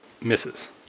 Misses